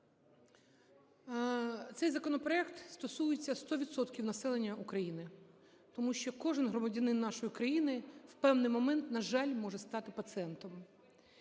Цей законопроект стосується ста відсотків населення України, тому що кожен громадянин нашої країни в певний момент, на жаль, може стати пацієнтом.